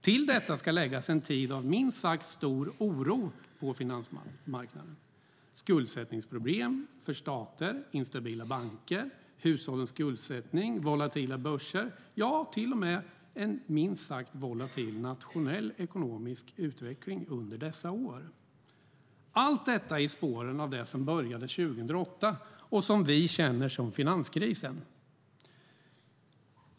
Till detta ska läggas en tid av minst sagt stor oro på finansmarknaden med skuldsättningsproblem för stater, instabila banker, hushållens skuldsättning, volatila börser och till och med en minst sagt volatil nationell ekonomisk utveckling under dessa år - allt detta i spåren av det som började 2008 och som vi känner som finanskrisen.